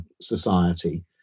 society